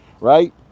right